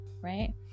right